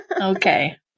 Okay